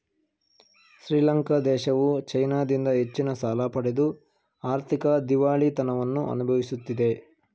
ಶ್ರೀಲಂಕಾ ದೇಶವು ಚೈನಾದಿಂದ ಹೆಚ್ಚಿನ ಸಾಲ ಪಡೆದು ಆರ್ಥಿಕ ದಿವಾಳಿತನವನ್ನು ಅನುಭವಿಸುತ್ತಿದೆ